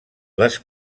les